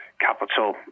capital